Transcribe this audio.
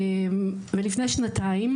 לפני שנתיים